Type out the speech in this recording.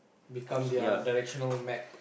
become their directional map